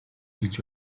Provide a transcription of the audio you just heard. хэлж